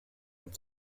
and